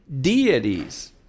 deities